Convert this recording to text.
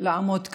לעמוד כאן,